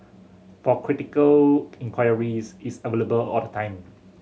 for critical inquiries it's available all the time